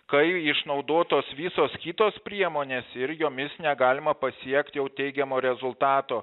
kai išnaudotos visos kitos priemonės ir jomis negalima pasiekt jau teigiamo rezultato